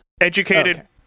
Educated